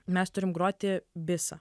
mes turim groti bisą